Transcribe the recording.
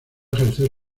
ejercer